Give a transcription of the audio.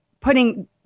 putting